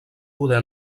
poder